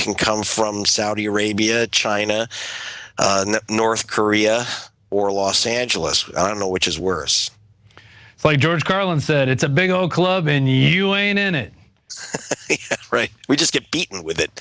can come from saudi arabia china north korea or los angeles i don't know which is worse it's like george carlin said it's a big old club and you ain't in it right we just get beaten with it